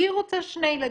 והיא רוצה שני ילדים,